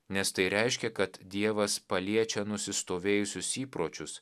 nes tai reiškia kad dievas paliečia nusistovėjusius įpročius